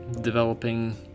developing